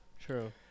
True